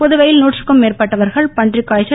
புதுவையில் நூற்றுக்கும் மேற்பட்டவர்கள் பன்றிக் காய்ச்சல்